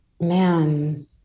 man